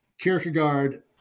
Kierkegaard